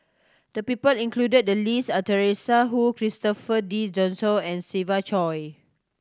the people included the list are Teresa Hsu Christopher De and Siva Choy